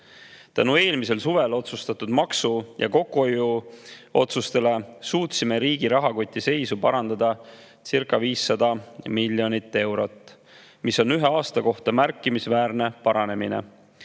Tänu eelmisel suvel [langetatud] maksu‑ ja kokkuhoiuotsustele suutsime riigi rahakoti seisu parandadacirca500 miljoni euro võrra, mis on ühe aasta kohta märkimisväärne paranemine.